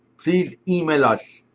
please email us.